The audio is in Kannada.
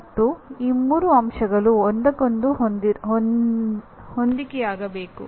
ಮತ್ತು ಈ ಮೂರು ಅಂಶಗಳು ಒಂದಕ್ಕೊಂದು ಹೊಂದಿಕೆಯಾಗಬೇಕು